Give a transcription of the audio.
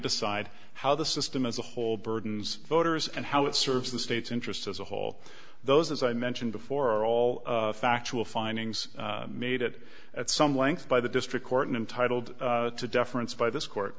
decide how the system as a whole burdens voters and how it serves the state's interest as a whole those as i mentioned before are all factual findings made it at some length by the district court and entitled to deference by this court